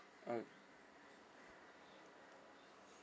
okay